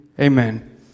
Amen